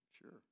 Sure